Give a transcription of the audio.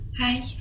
Hi